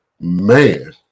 Man